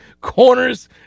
Corners